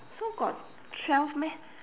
so got twelve meh